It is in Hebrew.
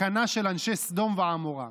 תקנה של אנשי סדום ועמורה.